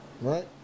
Right